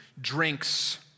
drinks